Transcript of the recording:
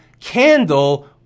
candle